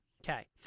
Okay